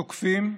התוקפים,